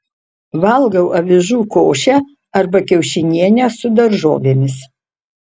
valgau avižų košę arba kiaušinienę su daržovėmis